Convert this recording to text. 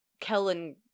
Kellen